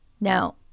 Now